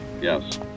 Yes